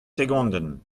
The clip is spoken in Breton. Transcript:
segondenn